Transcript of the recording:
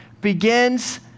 begins